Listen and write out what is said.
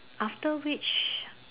after which